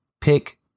pick